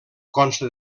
consta